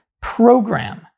program